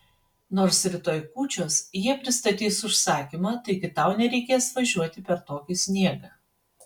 nors rytoj kūčios jie pristatys užsakymą taigi tau nereikės važiuoti per tokį sniegą